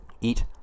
Eat